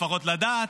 לפחות לדעת.